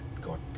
God